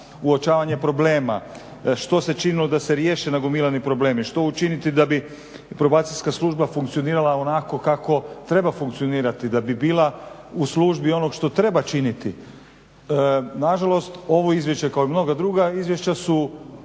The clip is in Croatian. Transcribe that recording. uočavanja problema, što se činilo da se riješe nagomilani problemi, što učiniti da bi Probacijska služba funkcionirala onako kako treba funkcionirati da bi bila u službi onog što treba činiti. Nažalost, ovo izvješće kao i mnoga druga